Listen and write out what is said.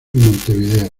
montevideo